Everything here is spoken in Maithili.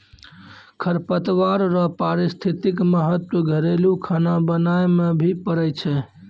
खरपतवार रो पारिस्थितिक महत्व घरेलू खाना बनाय मे भी पड़ै छै